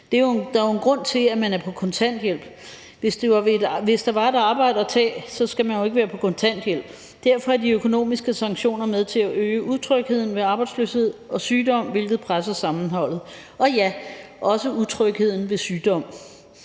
Der er jo en grund til, at man er på kontanthjælp. Hvis der var et arbejde at tage, skal man jo ikke være på kontanthjælp. Derfor er de økonomiske sanktioner med til at øge utrygheden ved arbejdsløshed og sygdom, hvilket presser sammenholdet – og ja, også utrygheden ved sygdom.